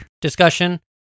Discussion